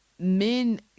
Men